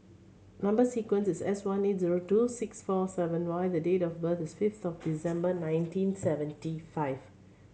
number sequence is S one eight zero two six four seven Y the date of birth is fifth of December nineteen seventy five